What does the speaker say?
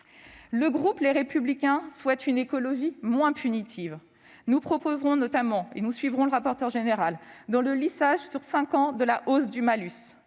Le groupe Les Républicains souhaite une écologie moins punitive. Nous proposerons notamment- nous suivrons M. le rapporteur général -le lissage sur cinq ans de la hausse du malus.